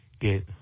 get